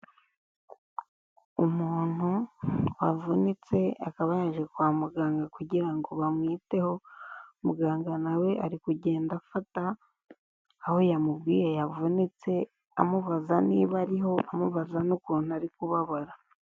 Umuntu wavunitse akaba yaje kwa muganga kugira ngo bamwiteho, muganga na we ari kugenda afata aho yamubwiye yavunitse amubaza niba ari ho, amubaza n'ukuntu ari kubabara.